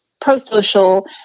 pro-social